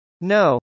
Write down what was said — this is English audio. no